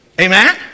amen